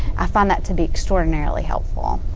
i find that to be extraordinarily helpful.